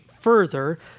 further